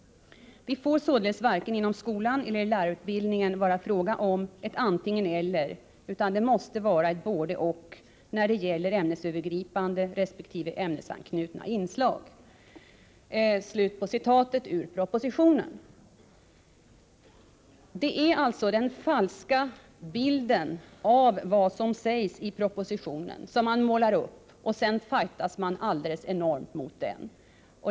Det får således varken inom skolan eller i lärarutbildningen vara frågan om ett ”antingen eller” utan det måste vara ett "både och” när det gäller ämnesövergripande resp. ämnesanknutna inslag.” Det är alltså en falsk bild av vad som sägs i propositionen som man målar upp, och sedan sätter man i gång en enorm ”fight” mot den.